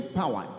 power